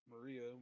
Maria